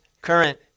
current